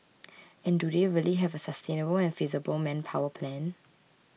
and do they really have a sustainable and feasible manpower plan